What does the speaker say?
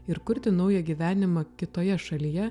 ir kurti naują gyvenimą kitoje šalyje